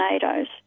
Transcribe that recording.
Tornadoes